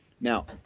Now